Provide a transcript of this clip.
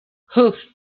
hugh